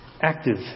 active